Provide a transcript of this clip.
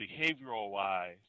behavioral-wise